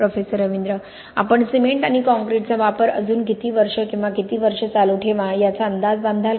professor Ravindra आपण cement आणि काँक्रीटचा वापर अजून किती वर्षे किंवा किती वर्षे चालू ठेवू याचा अंदाज बांधाल का